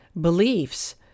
beliefs